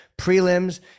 prelims